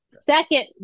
second